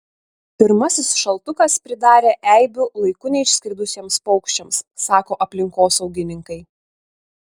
pirmasis šaltukas pridarė eibių laiku neišskridusiems paukščiams sako aplinkosaugininkai